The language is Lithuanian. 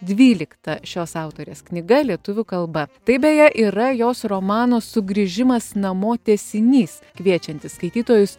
dvylikta šios autorės knyga lietuvių kalba taip beje yra jos romano sugrįžimas namo tęsinys kviečiantis skaitytojus